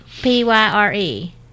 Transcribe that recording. P-Y-R-E